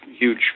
huge